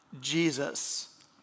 Jesus